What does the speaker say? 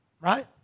Right